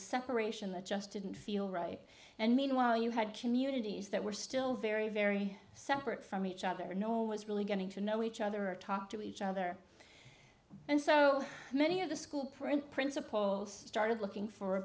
separation that just didn't feel right and meanwhile you had communities that were still very very separate from each other no was really getting to know each other or talk to each other and so many of the school print principals started looking for a